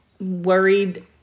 worried